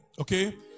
Okay